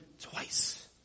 twice